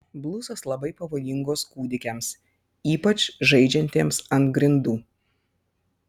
blusos labai pavojingos kūdikiams ypač žaidžiantiems ant grindų